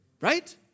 right